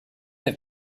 have